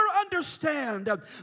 understand